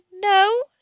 No